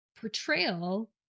portrayal